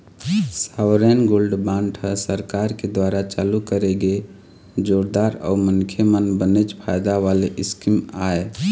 sovereign gold bond ह सरकार के दुवारा चालू करे गे जोरदार अउ मनखे मन बनेच फायदा वाले स्कीम आय